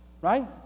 Right